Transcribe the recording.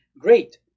Great